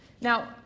Now